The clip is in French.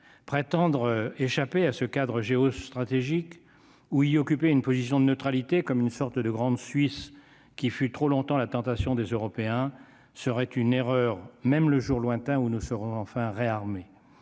prétendre échapper à ce cadre géostratégique où il occupait une position de neutralité, comme une sorte de grande Suisse qui fut trop longtemps la tentation des Européens serait une erreur, même le jour lointain où nous serons enfin réarmer